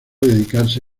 dedicarse